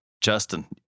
justin